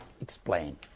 explain